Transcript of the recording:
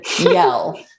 yell